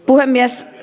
puhemies